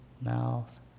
mouth